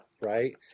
right